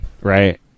Right